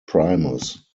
primus